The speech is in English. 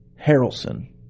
Harrelson